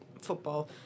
football